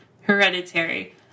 Hereditary